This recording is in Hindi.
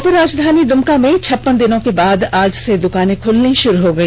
उपराजधानी दुमका में छप्पन दिनों के बाद आज से दुकाने खुलनी शुरू हो गई